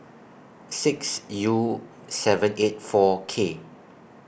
six U seven eight four K